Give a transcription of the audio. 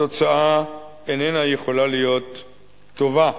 התוצאה איננה יכולה להיות טובה.